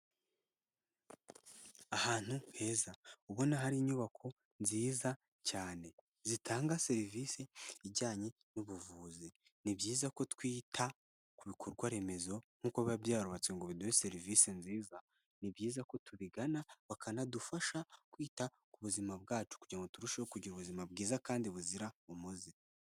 Ahantu heza ubona hari inyubako nziza cyane zitanga serivisi ijyanye n'ubuvuzi, ni byiza ko twita ku bikorwa remezo nk'uko biba byarutse ngo biduhe serivisi nziza, ni byiza ko tubigana bakanadufasha kwita ku buzima bwacu kugira ngo turusheho kugira ubuzima bwiza kandi buzira umuze.